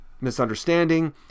misunderstanding